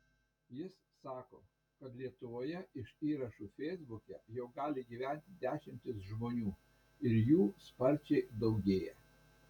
jis sako kad lietuvoje iš įrašų feisbuke jau gali gyventi dešimtys žmonių ir jų sparčiai daugėja